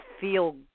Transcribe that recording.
feel